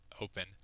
open